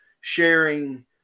sharing